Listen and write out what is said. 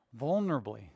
vulnerably